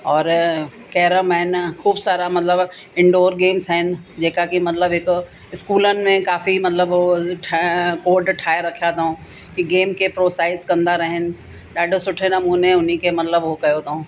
और कैरम आहिनि ख़ूब सारा मतिलबु इंडोर गेम्स आहिनि जेका की मतिलबु हिकु स्कूलनि में काफ़ी मतिलबु हो ठ कोट ठाहे रखिया अथऊं की गेम खे प्रोत्साहित कंदा रहनि ॾाढो सुठे नमूने उन्ही खे मतिलबु हो कयो अथऊं